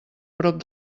prop